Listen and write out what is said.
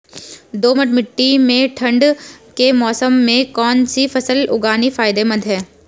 दोमट्ट मिट्टी में ठंड के मौसम में कौन सी फसल उगानी फायदेमंद है?